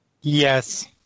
Yes